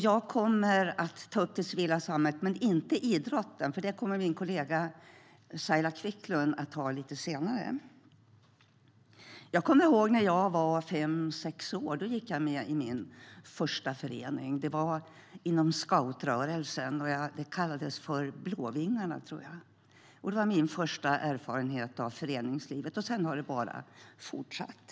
Jag kommer att ta upp det civila samhället, men inte idrotten. Den kommer min kollega Saila Quicklund att ta upp lite senare. Jag kommer ihåg när jag var fem sex år. Då gick jag med i min första förening. Det var inom scoutrörelsen, och den kallades för Blåvingarna. Det var min första erfarenhet av föreningslivet, och sedan har det bara fortsatt.